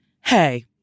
hey